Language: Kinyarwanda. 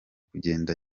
kugenda